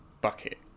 bucket